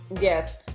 Yes